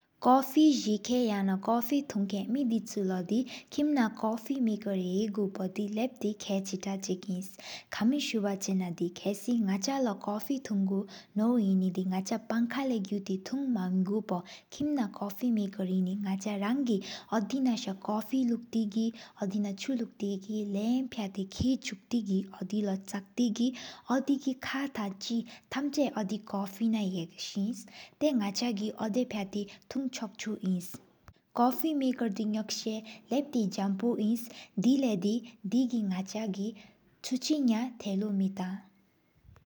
ཀོ་ཕི་ཟེ་ཁེན་ཡ་ན་ཀོ་ཕི་ཐུང་ཁེན། མེ་དི་ཆུ་ལོ་དི་ཁིམ་ན་ཀོ་ཕི་མེ་ཀར་དི། ཧེ་གོ་པོ་དི་ལབ་ཏེ་ཁ་ཆེ་ཏག་གཅིག་ཨིནས། ཀ་མི་སུ་བ་ཆ་ན་དི་ཁ་སི་ནག་ཆ་ལོ། ཀོ་ཕི་ཐུང་གུ་ནོ་བ་ཆེ་ན་དི་ནག་ཆ་ཕང་ཀ། ལོ་གུ་ཏེ་ཐུང་དམན་གོ་པོ། ཀིམ་ན་ཀོ་ཕི་མེ་ཀར་ཧེ་ནེ་ནག་རང་གི། ཨོ་དེ་ན་ས་ཀོ་ཕི་ལུགས་ཏེ་གི་ཨོ་དེ་ན་ཆུ་ལུགས་ཏེ་གི། ལམ་ཕ་ཏི་ཀེ་ཆུག་ཏེ་གི། ཨོ་དི་ལོ་ཆག་ཏེ་གི་ཨོ་དི་གི་ཁག་ཐང་ཆེ། ཐམ་ཆ་ཨོ་དི་ཀོ་ཕི་ན་གུ་ཤི་ཐེ། ནག་ཆ་གི་ཨོ་ད་པྱ་ཏེ་གི་ཐུང་ཆོག་ཆུ་ཨིནས། ཀོ་ཕི་མེ་ཀར་དེ་ནོག་ས་ལབ་ཏེ་ཟམ་བུ་ཨིན། ཏེ་དེ་གི་ནག་ཆ་གི་ཆུ་ཆི། ཡང་ཐག་ལོ་མེ་ཐང་།